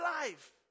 life